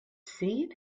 see